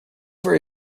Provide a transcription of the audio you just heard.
for